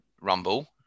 Rumble